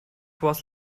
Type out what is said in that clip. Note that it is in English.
was